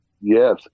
Yes